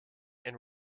and